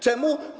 Czemu?